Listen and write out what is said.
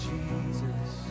Jesus